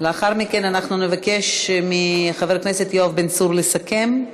לאחר מכן אנחנו נבקש מחבר הכנסת יואב בן צור לסכם,